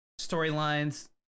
storylines